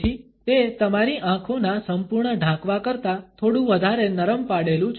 તેથી તે તમારી આંખોના સંપૂર્ણ ઢાંકવા કરતાં થોડું વધારે નરમ પાડેલું છે